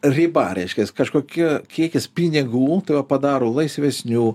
riba reiškias kažkokiu kiekis pinigų tave padaro laisvesniu